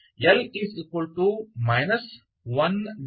L 11 ddx 1